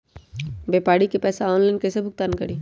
व्यापारी के पैसा ऑनलाइन कईसे भुगतान करी?